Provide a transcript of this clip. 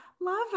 love